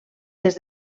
des